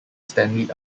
stanley